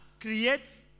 creates